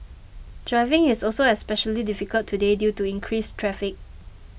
driving is also especially difficult today due to increased traffic